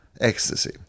Ecstasy